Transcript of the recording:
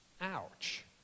Ouch